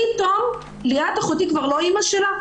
פתאום ליאת אחותי כבר לא אימא שלה?